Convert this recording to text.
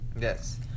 Yes